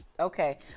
Okay